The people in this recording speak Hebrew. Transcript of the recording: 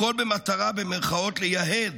הכול במטרה "לייהד",